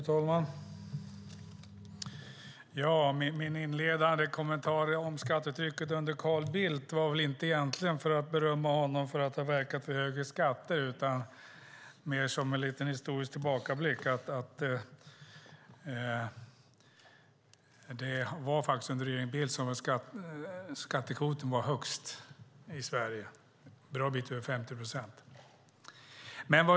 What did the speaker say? Fru talman! Min inledande kommentar om skattetrycket under Carl Bildt fällde jag väl egentligen inte för att berömma honom för att ha verkat för högre skatter, utan mer som en liten historisk tillbakablick. Det var under regeringen Bildt som skattekvoten var som högst i Sverige, en bra bit över 50 procent.